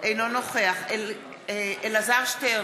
אינו נוכח אלעזר שטרן,